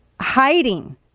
hiding